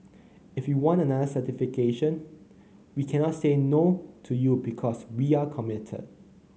if you want another certification we cannot say no to you because we're committed